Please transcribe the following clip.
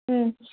ꯎꯝ